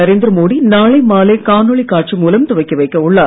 நரேந்திரமோடி இன்று மாலை காணொளி காட்சி மூலம் துவக்கி வைக்க உள்ளார்